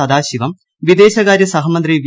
സദാശിവം വിദേശകാര്യ സഹമന്ത്രി വി